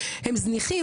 הם זניחים,